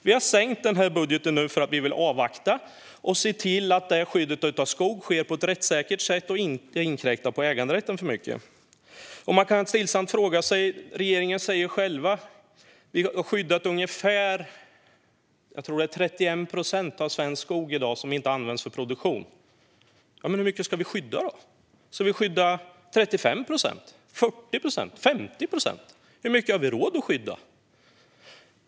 Vi har sänkt budgeten för att vi vill avvakta och se till att skyddet av skog sker på ett rättssäkert sätt och inte inkräktar för mycket på äganderätten. Regeringen säger själv att vi i dag har skyddat ungefär, tror jag, 31 procent av svensk skog, som inte används för produktion. Man kan stillsamt fråga sig hur mycket vi ska skydda? Ska vi skydda 35, 40 eller 50 procent? Hur mycket har vi råd att skydda?